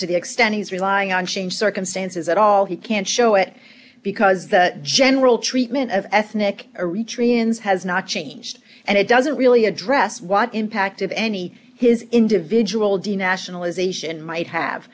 to the extent he's relying on change circumstances at all he can't show it because the general treatment of ethnic a retreat ins has not changed and it doesn't really address what impact of any his individual de nationalisation might have